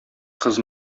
кыз